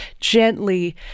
gently